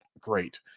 great